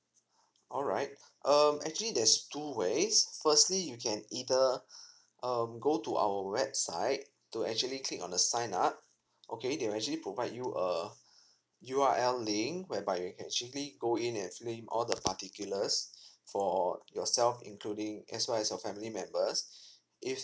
alright um actually there's two ways firstly you can either um go to our website to actually click on the sign up okay they will actually provide you a U_R_L link whereby you can actually go in and fill in all the particulars for yourself including as well as your family members if